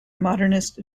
modernist